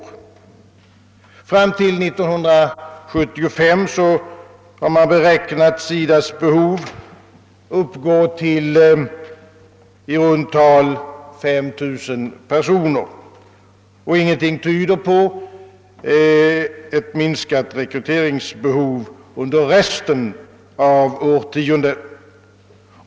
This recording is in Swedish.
Fram till år 1975 har man beräknat SIDA:s behov uppgå till i runt tal 5 000 personer, och ingenting tyder på ett minskat rekryteringsbehov under resten av årtiondet.